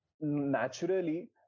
naturally